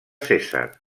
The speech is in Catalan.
cèsar